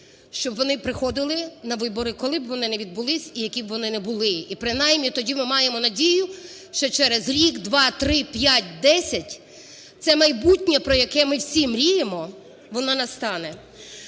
щоб вони приходили на вибори, коли б вони не відбулися і які б вони не були. і принаймні тоді ми маємо надію, що через рік, 2, 3, 5, 10 це майбутнє, про яке ми всі мріємо, воно настане.